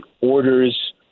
orders